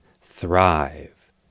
thrive